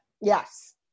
Yes